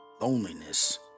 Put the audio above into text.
loneliness